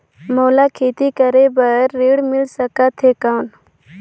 मोला खेती करे बार ऋण मिल सकथे कौन?